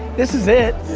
this is it.